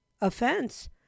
offense